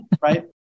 right